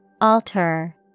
Alter